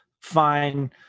fine